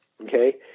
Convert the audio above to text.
okay